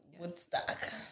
Woodstock